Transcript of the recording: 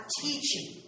teaching